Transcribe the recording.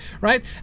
right